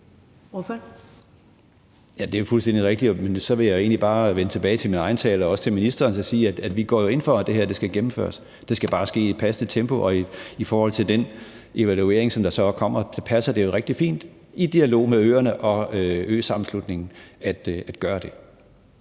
det er fuldstændig rigtigt. Men så vil jeg egentlig bare vende tilbage til min egen tale og også til ministerens og sige, at vi jo går ind for, at det her skal gennemføres; det skal bare ske i et passende tempo. Og i forhold til den evaluering, som så kommer, passer det jo rigtig fint at gøre det i dialog med øerne og øsammenslutningen. Kl.